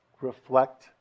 reflect